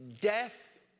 Death